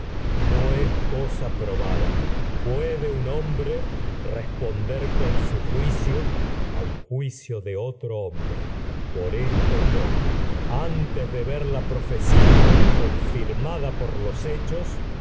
no es delfos edipo rey loé cosa probada puede un hombre responder yo con su jui ver cio al juicio de otro hombre por esto antes me de la profecía confirmada por los hechos